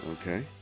Okay